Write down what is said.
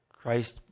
Christ